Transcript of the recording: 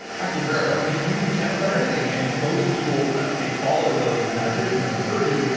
i can start making youtube channels about everything, and most people they follow those nudges and those urges,